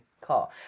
car